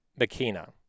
Makina